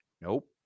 Nope